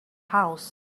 house